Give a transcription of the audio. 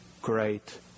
great